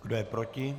Kdo je proti?